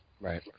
Right